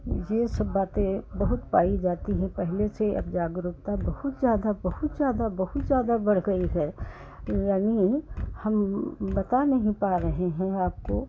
यह सब बातें बहुत पाई जाती हैं पहले से अब जागरूकता बहुत ज़्यादा बहुत ज़्यादा बहुत ज़्यादा बढ़ गई है यानी हम बता नहीं पा रहे हैं आपको